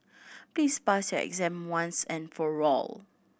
please pass your exam once and for all